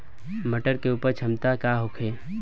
मटर के उपज क्षमता का होखे?